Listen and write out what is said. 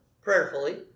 prayerfully